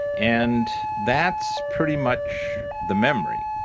and that's pretty much the memory.